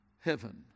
heaven